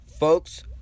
Folks